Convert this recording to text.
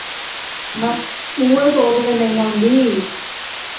हां उ'ऐ सोच ते नेईं आंदी